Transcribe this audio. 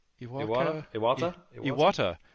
Iwata